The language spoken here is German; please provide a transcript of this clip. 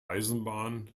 eisenbahn